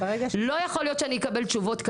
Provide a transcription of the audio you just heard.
לא יכול להיות שאני אקבל תשובות כאלה,